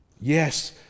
Yes